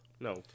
No